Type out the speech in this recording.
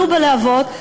עלו בלהבות,